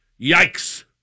Yikes